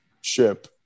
ship